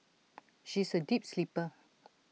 she is A deep sleeper